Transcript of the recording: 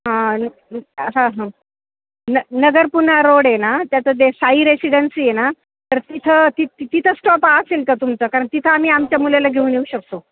हां हां हां न नगर पुणा रोड आहे ना त्याचं ते साई रेसिडेन्सी आहे ना तर तिथं तिथ तिथं स्टॉप असेल का तुमचा कारण तिथं आम्ही आमच्या मुलाला घेऊन येऊ शकतो